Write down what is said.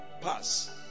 pass